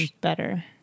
better